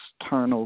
external